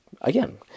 again